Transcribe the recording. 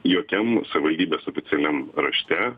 jokiam savivaldybės oficialiam rašte